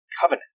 covenant